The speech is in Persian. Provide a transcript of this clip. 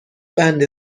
بند